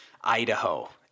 Idaho